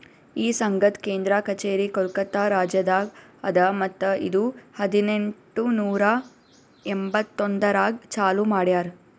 ಈ ಸಂಘದ್ ಕೇಂದ್ರ ಕಚೇರಿ ಕೋಲ್ಕತಾ ರಾಜ್ಯದಾಗ್ ಅದಾ ಮತ್ತ ಇದು ಹದಿನೆಂಟು ನೂರಾ ಎಂಬತ್ತೊಂದರಾಗ್ ಚಾಲೂ ಮಾಡ್ಯಾರ್